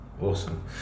awesome